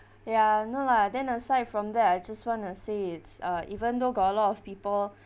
ya no lah then aside from that I just want to say it's uh even though got a lot of people